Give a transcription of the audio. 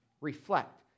reflect